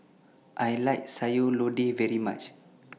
I like Sayur Lodeh very much